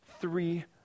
three